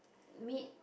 mid